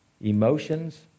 emotions